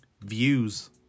views